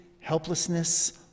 helplessness